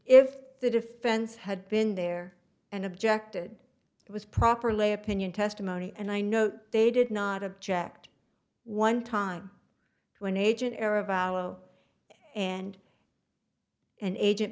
if the defense had been there and objected it was properly opinion testimony and i know they did not object one time to an agent error of aloe and an agent